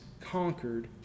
conquered